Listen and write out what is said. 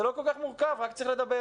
זה לא כל כך מורכב, רק צריך לדבר.